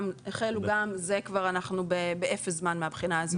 גם בזה אנחנו כבר באפס זמן מהבחינה הזאת.